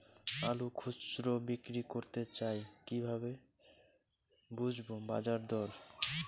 আলু খুচরো বিক্রি করতে চাই কিভাবে বুঝবো বাজার দর?